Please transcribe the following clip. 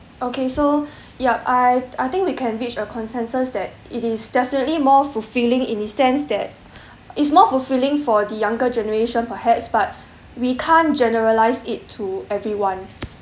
okay so ya I I think we can reach a consensus that it is definitely more fulfilling in the sense that it's more fulfilling for the younger generation perhaps but we can't generalize it to everyone